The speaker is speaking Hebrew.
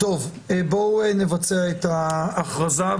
בואו נבצע את ההכרזה,